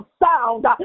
sound